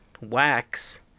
wax